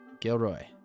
Gilroy